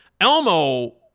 Elmo